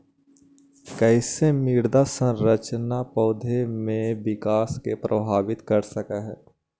कईसे मृदा संरचना पौधा में विकास के प्रभावित कर सक हई?